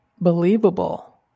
believable